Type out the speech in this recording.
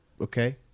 Okay